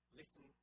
listen